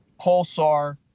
Pulsar